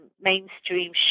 mainstream